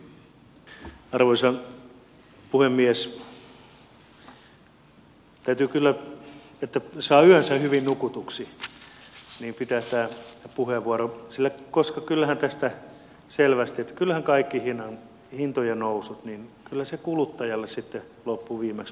täytyy kyllä että saa yönsä hyvin nukutuksi pitää tämä puheenvuoro koska kyllähän tästä käy selväksi että kaikki hintojen nousut kuluttajalle sitten loppuviimeksi maksettavaksi tulevat